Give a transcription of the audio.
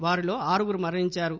వారిలో ఆరుగురు మరణించారు